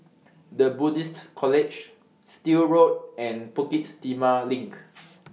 The Buddhist College Still Road and Bukit Timah LINK